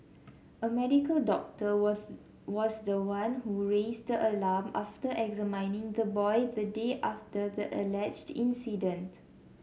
a medical doctor was was the one who raised an alarm after examining the boy the day after the alleged incident